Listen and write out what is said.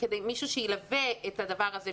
מישהו שילווה את הדבר הזה,